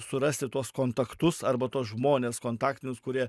surasti tuos kontaktus arba tuos žmones kontaktinius kurie